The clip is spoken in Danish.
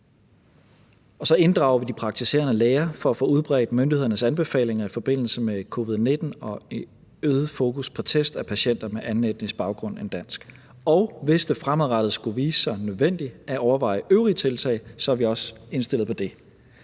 så inddrager vi de praktiserende læger for at få udbredt myndighedernes anbefalinger i forbindelse med covid-19 og for at få et øget fokus på test af patienter med anden etnisk baggrund end dansk. Og hvis det fremadrettet skulle vise sig nødvendigt at overveje øvrige tiltag, er vi også indstillet på det.